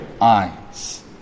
eyes